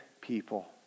people